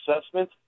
assessment